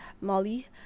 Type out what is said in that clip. Molly